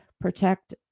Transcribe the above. protect